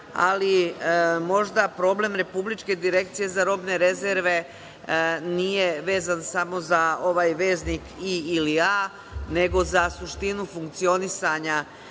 Ali, možda problem Republičke direkcije za robne rezerve nije vezan samo za ovaj veznik „i“ ili „a“, nego za suštinu funkcionisanja